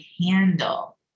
handle